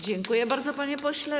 Dziękuję bardzo, panie pośle.